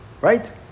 Right